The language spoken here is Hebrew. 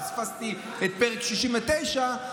פספסתי את פרק 69,